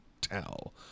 tell